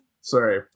Sorry